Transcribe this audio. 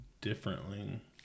differently